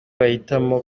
bahitamo